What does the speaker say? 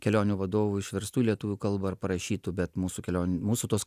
kelionių vadovų išverstų į lietuvių kalbą ir parašytų bet mūsų kelionių mūsų tos